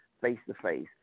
face-to-face